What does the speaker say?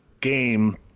game